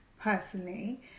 personally